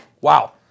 Wow